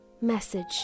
message